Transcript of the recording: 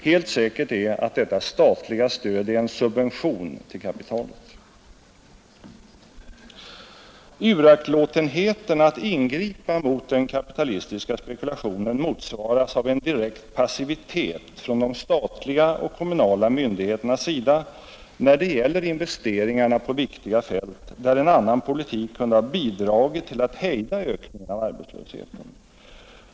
Helt säkert är att detta statliga stöd är en subvention till kapitalet. Uraktlåtenheten att ingripa mot den kapitalistiska spekulationen motsvaras av en direkt passivitet från de statliga och kommunala myndigheternas sida när det gäller investeringarna på viktiga fält, där en annan politik kunde ha bidragit till att hejda ökningen av arbetslösheten.